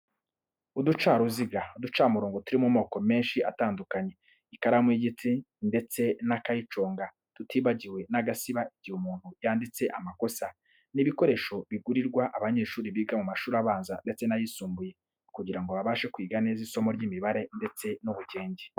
Uducaruziga, uducamurongo turi mu moko menshi atandukanye, ikaramu y'igiti ndetse n'akayiconga, tutibagiye n'agasiba igihe umuntu yanditse amakosa. Ni ibikoresho bigurirwa abanyeshuri biga mu mashuri abanza ndetse n'ayisumbuye kugira ngo babashe kwiga neza isomo ry'imibare ndetse n'ubugenge.